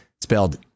Spelled